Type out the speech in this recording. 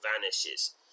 vanishes